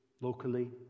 locally